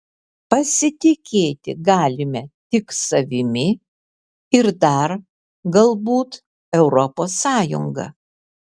pasitikėti galime tik savimi ir dar galbūt europos sąjunga